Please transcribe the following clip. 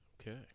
Okay